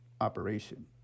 operation